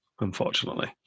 unfortunately